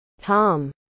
Tom